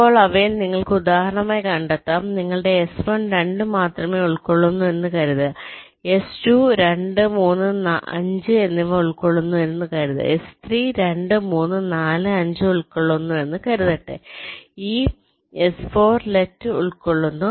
ഇപ്പോൾ അവയിൽ നിങ്ങൾക്ക് ഉദാഹരണമായി കണ്ടെത്താം നിങ്ങളുടെ S1 2 മാത്രമേ ഉൾക്കൊള്ളുന്നുള്ളൂവെന്ന് കരുതുക എസ് 2 2 3 5 എന്നിവ ഉൾക്കൊള്ളുന്നുവെന്ന് കരുതുക S3 2 3 4 5 ഉൾക്കൊള്ളുന്നുവെന്ന് കരുതട്ടെ ഈ S4 ലെറ്റ് ഉൾക്കൊള്ളുന്നു